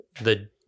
the-